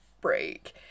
break